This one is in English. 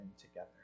together